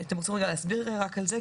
אתם רוצים רגע להסביר רק על זה?